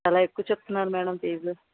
చాలా ఎక్కువ చెప్తున్నారు మేడం ఫీజు